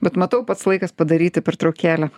bet matau pats laikas padaryti pertraukėlę